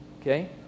Okay